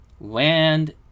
land